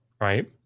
right